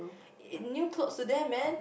it new clothes to them man